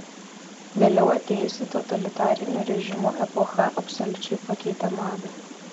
vėliau atėjusi totalitarinių režimų epocha absoliučiai pakeitė madą